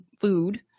food